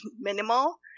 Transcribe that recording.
minimal